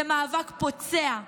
זה מאבק פוצע.